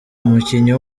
umukinnyi